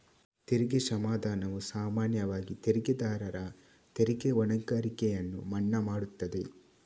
ತೆರಿಗೆ ಕ್ಷಮಾದಾನವು ಸಾಮಾನ್ಯವಾಗಿ ತೆರಿಗೆದಾರರ ತೆರಿಗೆ ಹೊಣೆಗಾರಿಕೆಯನ್ನು ಮನ್ನಾ ಮಾಡುತ್ತದೆ